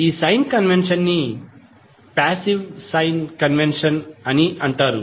ఈ sign convention ని passive sign convention అంటారు